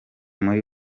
muri